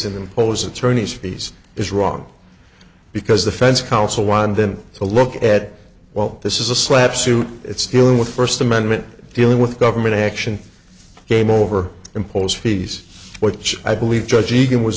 and impose attorney's fees is wrong because the fence council want them to look at well this is a slap suit it's still with first amendment dealing with government action game over impose peace which i believe judge egan was